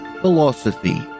Philosophy